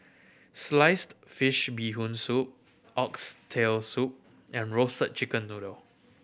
sliced fish Bee Hoon Soup Oxtail Soup and Roasted Chicken Noodle